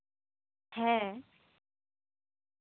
ᱦᱮᱸ